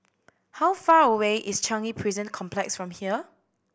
how far away is Changi Prison Complex from here